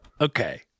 Okay